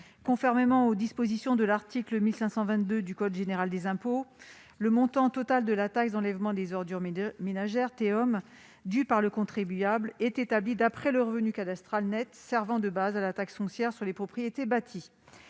conformément aux dispositions de l'article 1522 du code général des impôts, le montant total de la taxe d'enlèvement des ordures ménagères (TEOM) dû par le contribuable est établi d'après le revenu cadastral net servant de base à la taxe foncière sur les propriétés bâties.